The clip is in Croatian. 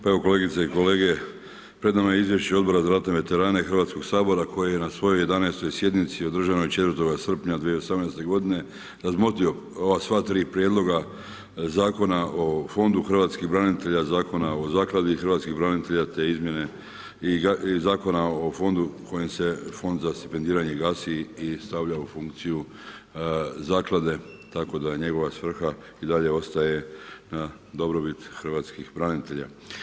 Pa evo kolegice i kolege, pred nama je Izvješće Odbora za ratne veterane Hrvatskoga sabora koje je na svojoj 11. sjednici održanoj 4. srpnja 2018. godine razmotrio ova sva tri prijedloga Zakona o Fondu hrvatskih branitelja, Zakona o Zakladi hrvatskih branitelja te izmjene i Zakona o Fondu kojim se Fond za stipendiranje gasi i stavlja u funkciju Zaklade, tako da njegova svrha i dalje ostaje na dobrobit hrvatskih branitelja.